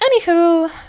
Anywho